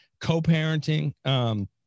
co-parenting